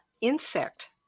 insect